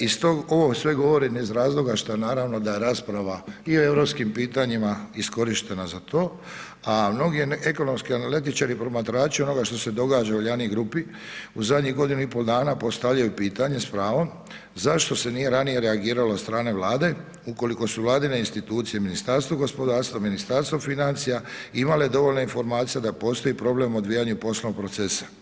I stog ovo sve govorim iz razloga, što naravno, da rasprava i o europskim pitanjima iskorištena za to, a mnogi ekonomski analitičari, promatrači ono što se događa Uljanik grupi u zadnji godinu i po dana postavljaju pitanja s pravom, zašto se nije ranije reagiralo od strane Vlade ukoliko su Vladine institucije Ministarstvo gospodarstva, Ministarstvo financija imale dovoljno informacija da postoji problem odvijanja poslovnog procesa.